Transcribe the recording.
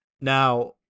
Now